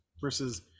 versus